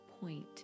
point